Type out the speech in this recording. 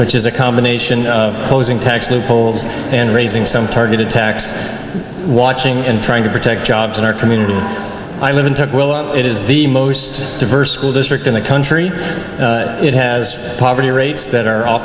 which is a combination of closing tax loopholes and raising some targeted tax watching and trying to protect jobs in our community i live in turkey it is the most diverse school district in the country it has poverty rates that are